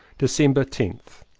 december tenth.